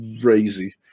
crazy